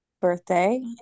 birthday